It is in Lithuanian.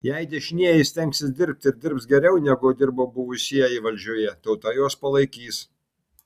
jei dešinieji stengsis dirbti ir dirbs geriau negu dirbo buvusieji valdžioje tauta juos palaikys